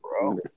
bro